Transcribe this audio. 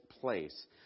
place